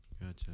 Gotcha